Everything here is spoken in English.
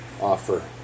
offer